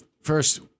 first